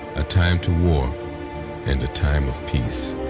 a time to war and a time of peace.